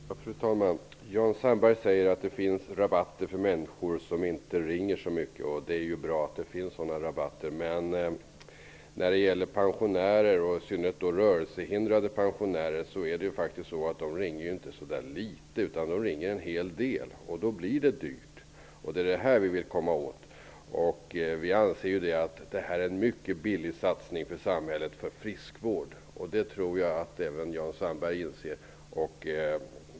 Fru talman! Jan Sandberg säger att det finns rabatter för människor som inte ringer så mycket, och det är ju bra att det finns sådana rabatter. Men faktum är att pensionärer, i synnerhet rörelsehindrade pensionärer, inte ringer litet utan ringer en hel del, och då blir det dyrt. Det är detta vi vill komma åt. Vi anser att vårt förslag innebär en för samhället mycket billig satsning på friskvård. Det tror jag att även Jan Sandberg inser.